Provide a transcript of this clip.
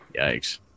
Yikes